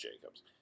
Jacobs